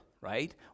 right